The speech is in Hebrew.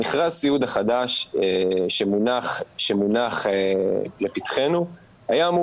מכרז הסיעוד החדש שמונח לפתחנו היה אמור